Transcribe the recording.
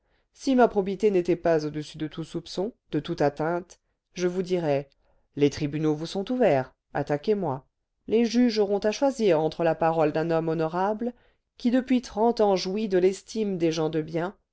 si ma probité n'était pas au-dessus de tout soupçon de toute atteinte je vous dirais les tribunaux vous sont ouverts attaquez moi les juges auront à choisir entre la parole d'un homme honorable qui depuis trente ans jouit de l'estime des gens de bien